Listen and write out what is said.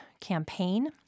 campaign